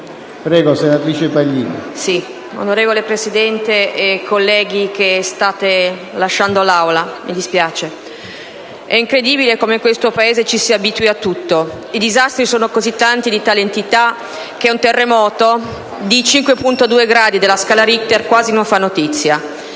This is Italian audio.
PAGLINI *(M5S)*. Signor Presidente, colleghi che state lasciando l'Aula (e me ne dispiaccio), è incredibile come in questo Paese ci si abitui a tutto. I disastri sono così tanti e di tale entità che un terremoto di 5.2 gradi della scala Richter quasi non fa notizia.